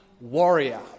warrior